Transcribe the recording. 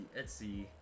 Etsy